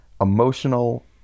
emotional